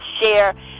share